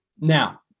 Now